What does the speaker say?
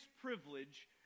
privilege